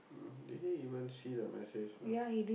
did he even see the message or not